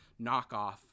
knockoff